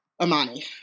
Amani